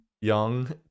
young